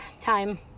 time